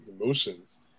emotions